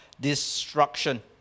destruction